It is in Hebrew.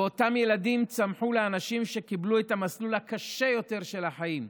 ואותם ילדים צמחו לאנשים שקיבלו את המסלול הקשה יותר של החיים.